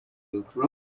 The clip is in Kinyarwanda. bihugu